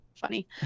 funny